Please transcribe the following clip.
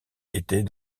était